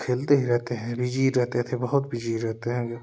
खेलते ही रहते हैं बीजी रहते थे बहुत बिजी रहते हैं ग